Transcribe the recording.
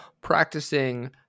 practicing